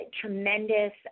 tremendous